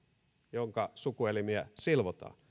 jonka sukuelimiä silvotaan